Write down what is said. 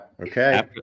Okay